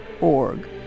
org